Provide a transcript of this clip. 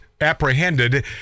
Apprehended